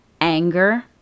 anger